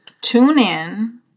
Tune-in